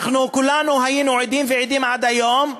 כולנו היינו עדים ועדים עד היום,